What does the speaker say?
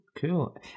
cool